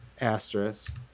asterisk